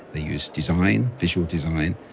they use design, visual design,